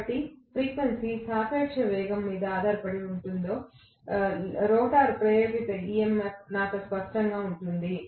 కాబట్టి ఫ్రీక్వెన్సీ సాపేక్ష వేగం మీద ఆధారపడి ఉంటుందని రోటర్లో ప్రేరేపిత EMF నాకు స్పష్టంగా ఉంటుంది